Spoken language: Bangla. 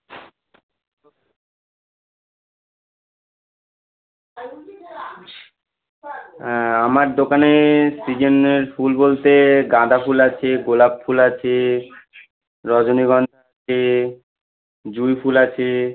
হ্যাঁ আমার দোকানে সিজেনের ফুল বলতে গাঁদা ফুল আছে গোলাপ ফুল আছে রজনীগন্ধা আছে জুঁই ফুল আছে